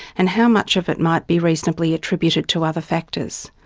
and how much of it might be reasonably attributed to other factors.